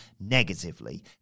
negatively